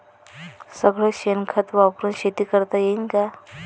सगळं शेन खत वापरुन शेती करता येईन का?